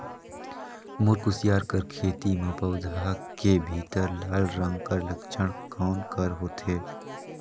मोर कुसियार कर खेती म पौधा के भीतरी लाल रंग कर लक्षण कौन कर होथे?